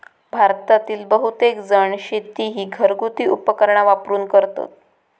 भारतातील बहुतेकजण शेती ही घरगुती उपकरणा वापरून करतत